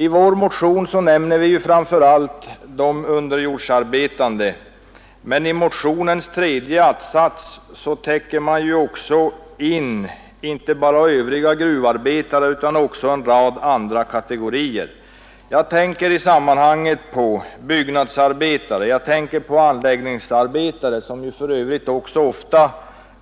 I vår motion nämner vi framför allt de underjordsarbetande, men i motionens tredje att-sats täcker vi in inte bara övriga gruvarbetare utan även en rad andra kategorier. Jag tänker på byggnadsarbetare, anläggningsarbetare — som för övrigt också ofta